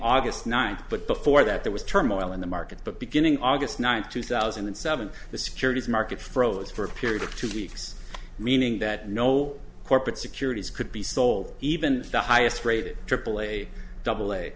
august ninth but before that there was turmoil in the market but beginning august ninth two thousand and seven the securities market froze for a period of two weeks meaning that no corporate securities could be sold even the highest rated aaa double a